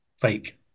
fake